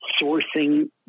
sourcing